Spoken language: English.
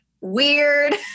weird